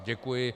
Děkuji.